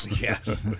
Yes